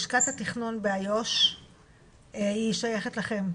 לשכת התכנון באיו"ש היא שייכת לכם,